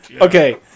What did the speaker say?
Okay